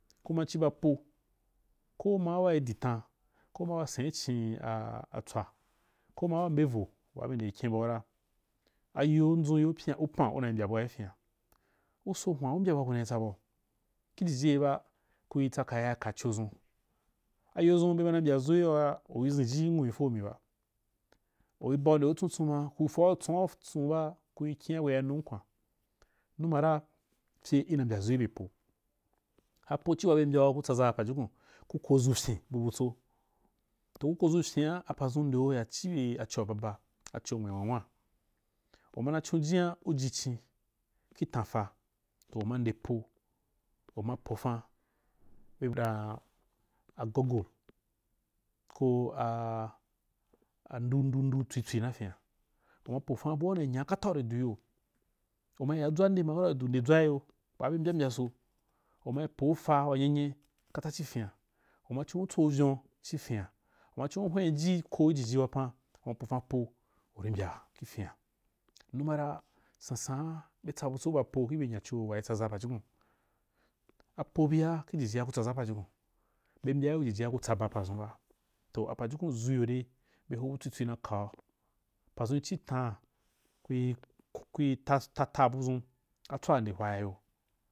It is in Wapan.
Kuma chiba po, ko mau wa di tau ko maa wa sen ichin atsa ko mawa mbevo waa be ndii kia baura ayo nzn pyina upan una mbya abua ifen’a usohwan u mbya bua kun tsabau, ki jiji ye ba kui tsaa yai ki jiji yeba kui tsakaa yai kacho zun ayozu bemana mbya zoi yoa uri? Zenji nwu ri fomi ba uri bau nde utsun’utsun ma kui zo a tsuna utsun’uba. kui kina kui yai tsuna kwan numara gye ina mbya zo, yo be po, paochi wa be mbyau ku tsaza pajukun, ku kozukyin bu butsa, toh ukozufyin apazun nden yezhibe achoa baba acho nwiina nwa nwa una chon jina uji chin ili tanfai to huma udepo uma poyan a google ka a andwu ndwu ndwu tswi tswi na fina uma pofan bua unanya kata uri duiya uma yai dwa nde ma karauridu udedzwa iyo nde akara uridu ndedzwa iyo waa be mbya mbyaso, umai poofa wanyinyi kachi fena uma chon utsovyon chiren’z umachon uhwenijiko ijij wapan uma pofanpo uri mbya kifene numara sansana betsa buts o bapo kibe nyacha wai tsaza pajukun, apo bia kijijia kutsaba pazunba toh apajukun zuyode be hobu tswi tswi nakau pazun ichi tana, kiu-kiu tastaa buzun taswa nde hwaayo